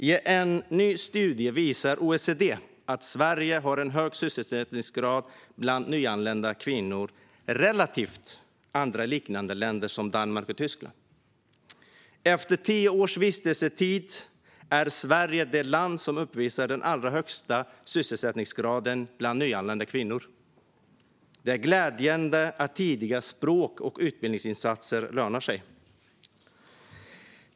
I en ny studie visar OECD att Sverige har en hög sysselsättningsgrad bland nyanlända kvinnor jämfört med andra liknande länder som Danmark och Tyskland. Efter tio års vistelsetid är Sverige det land som uppvisar den allra högsta sysselsättningsgraden bland nyanlända kvinnor. Det är glädjande att tidiga språk och utbildningsinsatser lönar sig.